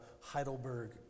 Heidelberg